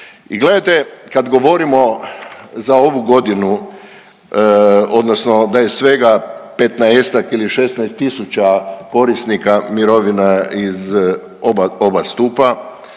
I gledajte, kad govorimo za ovu godinu odnosno da je sve 15-ak ili 16 tisuća korisnika mirovina iz oba stupa,